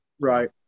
Right